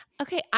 Okay